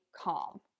calm